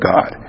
God